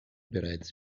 bereits